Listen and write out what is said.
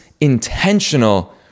intentional